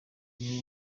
niwe